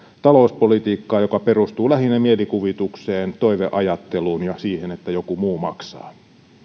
talouspolitiikkaa joka perustuu lähinnä mielikuvitukseen toiveajatteluun ja siihen että joku muu maksaa